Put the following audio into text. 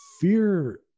fear